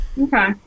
Okay